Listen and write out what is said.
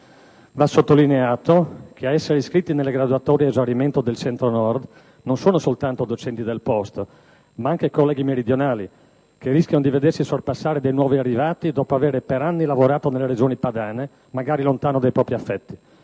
Va sottolineato che a essere iscritti nelle graduatorie ad esaurimento del Centro-Nord non sono soltanto docenti del posto, ma anche colleghi meridionali, che rischiano di vedersi sorpassare dai nuovi arrivati dopo avere per anni lavorato nelle Regioni padane, magari lontano dai propri affetti.